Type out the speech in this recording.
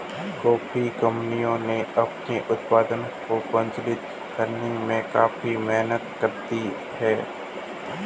coffee कंपनियां अपने उत्पाद को प्रचारित करने में काफी मेहनत करती हैं